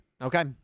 Okay